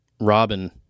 Robin